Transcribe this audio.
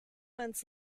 months